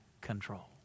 control